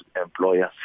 employers